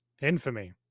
Infamy